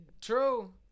True